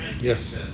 Yes